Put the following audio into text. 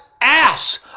ass